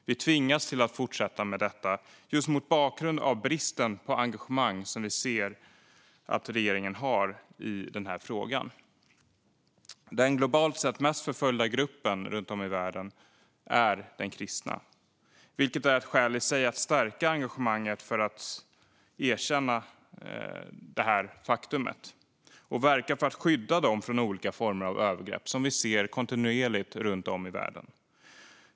Vi tvingas till att fortsätta med detta just mot bakgrund av den brist på engagemang som vi ser att regeringen har i denna fråga. Den globalt sett mest förföljda gruppen är den kristna, vilket är ett skäl i sig att stärka engagemanget för att erkänna detta faktum och verka för att skydda denna grupp från olika former av övergrepp som vi ser kontinuerligt runt om i världen.